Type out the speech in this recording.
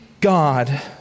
God